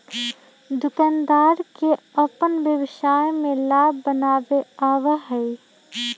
दुकानदार के अपन व्यवसाय में लाभ बनावे आवा हई